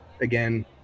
again